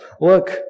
Look